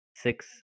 Six